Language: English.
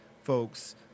folks